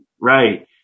Right